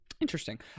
interesting